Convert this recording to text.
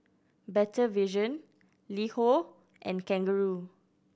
Better Vision LiHo and Kangaroo